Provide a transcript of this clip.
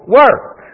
work